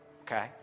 Okay